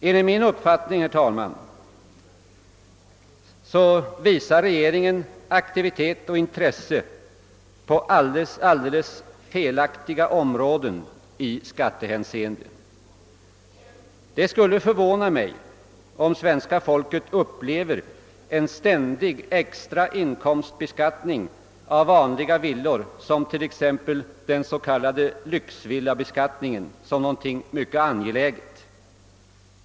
Enligt min uppfattning, herr talman, visar regeringen aktivitet och intresse på alldeles felaktiga områden i skattehänseende. Det skulle förvåna mig, om svenska folket upplever en ständig extra inkomstbeskattning av vanliga villor som t.ex. den s.k. lyxvillabeskattningen såsom någonting mycket angeläget.